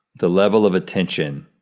the level of attention,